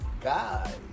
guys